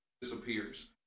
disappears